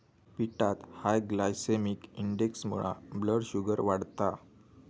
पिठात high glycaemic इंडेक्समुळा blood sugar वाढता